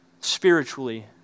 spiritually